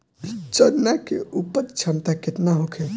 चना के उपज क्षमता केतना होखे?